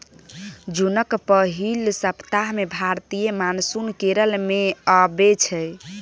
जुनक पहिल सप्ताह मे भारतीय मानसून केरल मे अबै छै